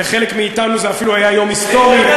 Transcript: לחלק מאתנו זה היה אפילו יום היסטורי.